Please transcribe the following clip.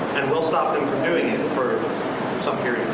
and we'll stop them from doing it for some period